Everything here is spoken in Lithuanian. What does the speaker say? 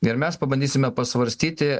ir mes pabandysime pasvarstyti